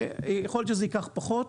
יכול להיות שזה ייקח פחות,